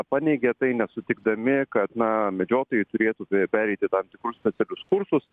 paneigė tai nesutikdami kad na medžiotojai turėtų pereiti tam tikrus specialius kursus